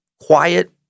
quiet